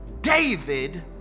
David